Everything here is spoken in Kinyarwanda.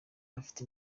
ifite